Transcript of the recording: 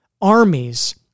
armies